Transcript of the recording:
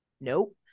Nope